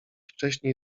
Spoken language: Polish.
wcześniej